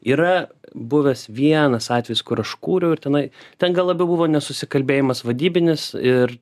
yra buvęs vienas atvejis kur aš kūriau ir tenai ten gal labiau buvo nesusikalbėjimas vadybinis ir